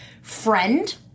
friend